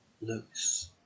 looks